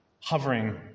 hovering